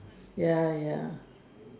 ya ya